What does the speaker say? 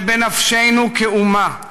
זה בנפשנו כאומה.